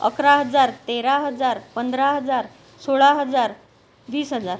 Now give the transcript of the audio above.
अकरा हजार तेरा हजार पंधरा हजार सोळा हजार वीस हजार